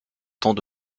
temps